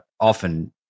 often